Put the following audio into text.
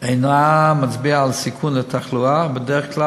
אינה מצביעה על סיכון של תחלואה, והבדיקה